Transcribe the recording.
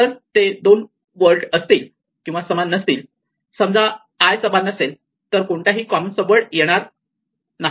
जर ते दोन वर्ल्ड असतील किंवा समान नसतील समजा i समान नसेल तर कोणताही कॉमन सब वर्ड येणार नाही